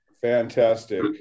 fantastic